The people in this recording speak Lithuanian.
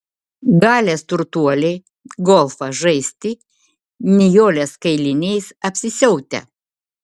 galės turtuoliai golfą žaisti nijolės kailiniais apsisiautę